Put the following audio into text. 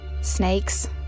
snakes